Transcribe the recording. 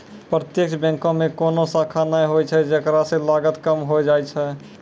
प्रत्यक्ष बैंको मे कोनो शाखा नै होय छै जेकरा से लागत कम होय जाय छै